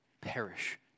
perish